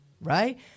right